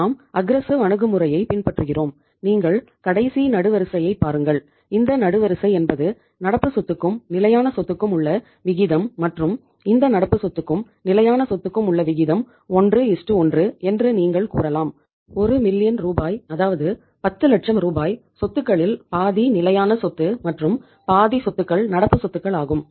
நெடுவரிசை சி ரூபாய் அதாவது 10 லட்சம் ரூபாய் சொத்துகளில் பாதி நிலையான சொத்து மற்றும் பாதி சொத்துக்கள் நடப்பு சொத்துக்கள் ஆகும்